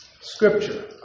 scripture